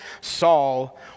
Saul